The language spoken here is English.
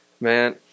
Man